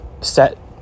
set